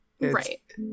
right